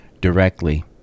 directly